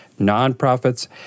nonprofits